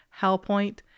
Hellpoint